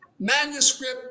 Manuscript